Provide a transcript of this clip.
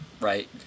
right